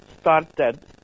started